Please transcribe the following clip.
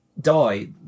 Die